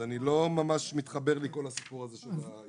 לא ממש מתחבר לי כל הסיפור הזה של האישורים.